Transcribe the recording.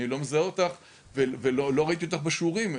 אני לא מזהה אותך ולא ראיתי אותך בשיעורים,